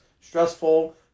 stressful